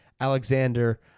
Alexander